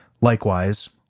likewise